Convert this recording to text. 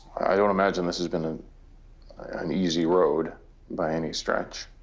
i don't imagine this has been an an easy road by any stretch.